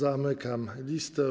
Zamykam listę.